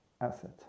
asset